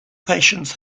patients